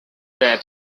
that